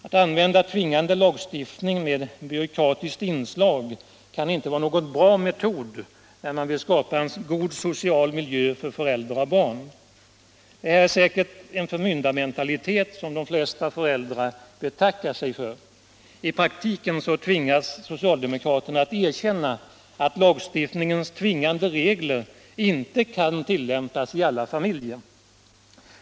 Att använda tvingande lagstiftning med byråkratiskt inslag kan inte vara någon bra metod när man vill skapa en god social miljö för föräldrar och barn. Det här är säkert en förmyndarmentalitet som de flesta föräldrar betackar sig för. I praktiken tvingas socialdemokraterna att erkänna att lagstiftningens tvingande regler inte kan tillämpas i alla familjer.